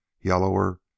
yellower